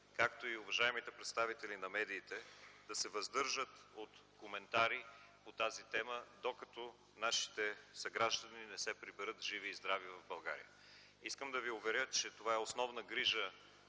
както и уважаемите представители на медиите, да се въздържат от коментари по тази тема, докато нашите съграждани не се приберат живи и здрави в България. Искам да Ви уверя, че това е основна грижа